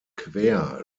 quer